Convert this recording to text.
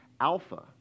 Alpha